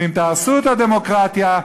ואם תהרסו את הדמוקרטיה,